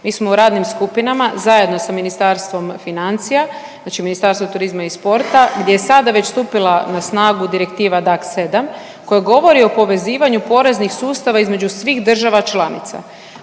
Mi smo u radnim skupinama zajedno sa Ministarstvom financija, znači Ministarstvo turizma i sporta gdje je sada već stupila na snagu Direktiva DAC7 koja govori o povezivanju poreznih sustava između svih država članica.